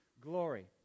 glory